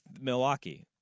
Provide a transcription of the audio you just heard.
Milwaukee